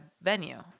venue